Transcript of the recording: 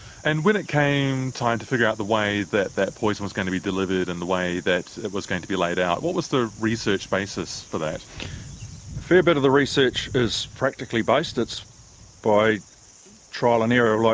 and when it came time to figure out the way that that poison was going to be delivered and the way that it was going to be laid out, what was the research basis for that? a fair bit of the research is practically based, it's by trial and error.